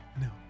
No